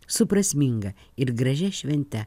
su prasminga ir gražia švente